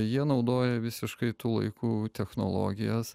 jie naudoja visiškai tų laikų technologijas